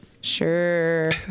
Sure